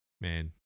man